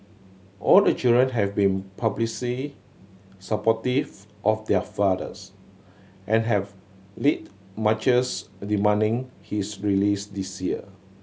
all the children have been supportive of their fathers and have lead marches demanding his release this year